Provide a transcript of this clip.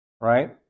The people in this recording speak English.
right